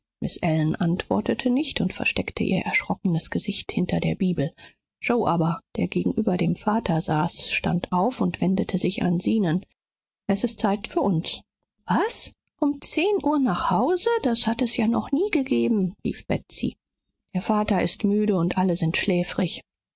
ellen antwortete nicht und versteckte ihr erschrockenes gesicht hinter der bibel yoe aber der gegenüber dem vater saß stand auf und wendete sich an zenon es ist zeit für uns was um zehn uhr nach hause das hat es ja noch nie gegeben rief betsy der vater ist müde und alle sind schläfrig